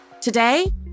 Today